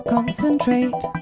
Concentrate